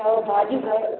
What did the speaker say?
चओ भाॼी भाई